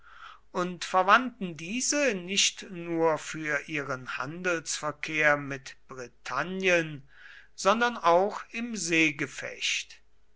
und verwandten diese nicht nur für ihren handelsverkehr mit britannien sondern auch im seegefecht